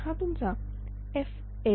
तर हा तुमचा FLP